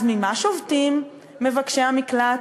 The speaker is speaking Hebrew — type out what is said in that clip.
אז ממה שובתים מבקשי המקלט?